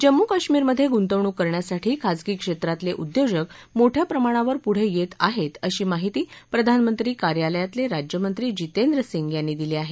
जम्मू काश्मीरमध्ये गुंतवणूक करण्यासाठी खासगी क्षेत्रातले उद्योजक मोठया प्रमाणावर पुढे येत आहेत अशी माहिती प्रधानमंत्री कार्यालयातले राज्यमंत्री जितेंद्र सिंह यांनी दिली आहे